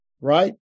right